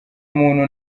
muntu